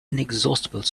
inexhaustible